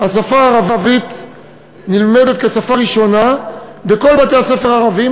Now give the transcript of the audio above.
השפה הערבית נלמדת כשפה ראשונה בכל בתי-הספר הערביים,